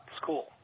school